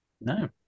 No